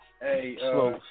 Hey